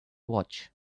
watch